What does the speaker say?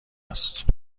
است